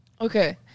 Okay